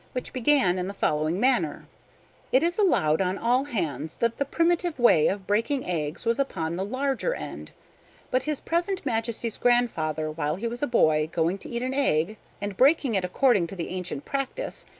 which began in the following manner it is allowed on all hands that the primitive way of breaking eggs was upon the larger end but his present majesty's grandfather, while he was a boy, going to eat an egg, and breaking it according to the ancient practice,